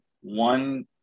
one